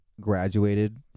graduated